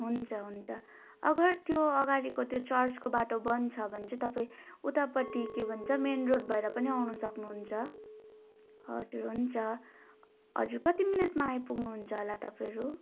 हुन्छ हुन्छ अगर त्यो अगाडिको त्यो चर्चको बाटो बन्द छ भने चाहिँ तपाईँ उतापट्टि के भन्छ मेन रोड भएर पनि आउन सक्नु हुन्छ हजुर हुन्छ हजुर कति मिनटमा आइपुग्नु हुन्छ होला तपाईँहरू